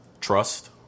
Trust